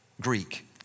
Greek